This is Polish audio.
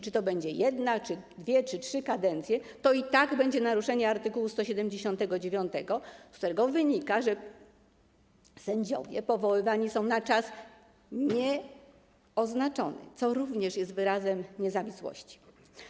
Czy to będzie jedna, dwie czy trzy kadencje, to i tak będzie to naruszenie art. 179, z którego wynika, że sędziowie powoływani są na czas nieoznaczony, co również jest wyrazem niezawisłości.